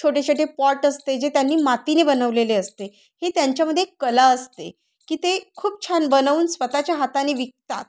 छोटे छोटे पॉट असते जे त्यांनी मातीने बनवलेले असते ही त्यांच्यामध्ये कला असते की ते खूप छान बनवून स्वतःच्या हाताने विकतात